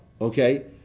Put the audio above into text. okay